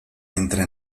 entra